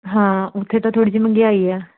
ਹਾਂ ਉੱਥੇ ਤਾਂ ਥੋੜ੍ਹੀ ਜਿਹੀ ਮੰਹਿਗਾਈ ਆ